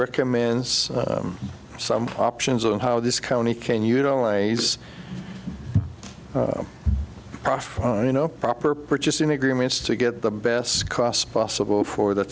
recommend some options on how this county can utilize profit you know proper purchasing agreements to get the best costs possible for the